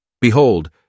Behold